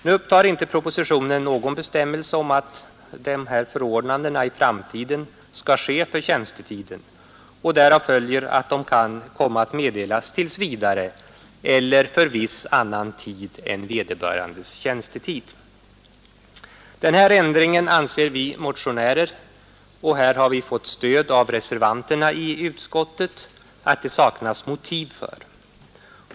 Nu upptar inte propositionen någon bestämmelse om att dessa förordnanden i framtiden skall ske för tjänstetiden, och därav följer att de kan komma att meddelas tills vidare eller för viss annan tid än vederbörandes tjänstetid. Den ändringen anser vi motionärer — och här har vi fått stöd av reservanterna i utskottet — att det saknas motiv för.